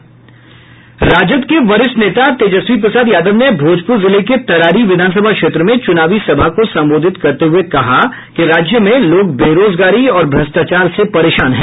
राजद के वरिष्ठ नेता तेजस्वी प्रसाद यादव ने भोजपुर जिले के तरारी विधानसभा क्षेत्र में चुनावी सभा को संबोधित करते हुए कहा कि राज्य में लोग बेरोजगारी और भ्रष्टाचार से परेशान हैं